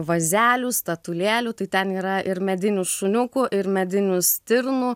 vazelių statulėlių tai ten yra ir medinių šuniukų ir medinių stirnų